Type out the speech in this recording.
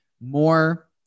More